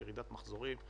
או ירידת מחזורים,